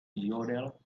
yodel